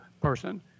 person